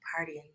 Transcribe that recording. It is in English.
partying